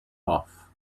off